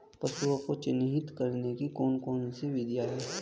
पशुओं को चिन्हित करने की कौन कौन सी विधियां हैं?